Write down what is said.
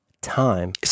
time